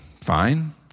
fine